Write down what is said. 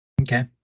Okay